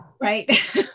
right